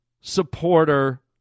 supporter